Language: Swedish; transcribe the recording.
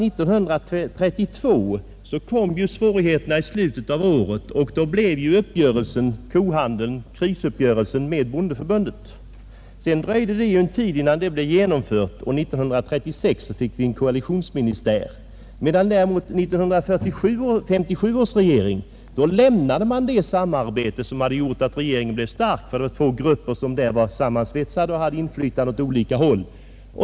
Svårigheterna kom ju i slutet av är 1932, och då blev det en krisuppgörelse med bondeförbundet. Sedan dröjde det en tid innan programmet genomfördes, och 1936 fick vi en koalitionsministär. År 1957 däremot lämnade man det samarbete som hade gjort att regeringen var stark; det var två grupper som samarbetade och som hade inflytande åt olika håll.